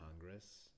Congress